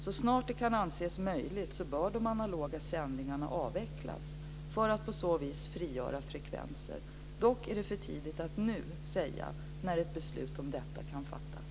Så snart det kan anses möjligt bör de analoga sändningarna avvecklas för att på så vis frigöra frekvenser. Dock är det för tidigt att nu säga när ett beslut om detta kan fattas.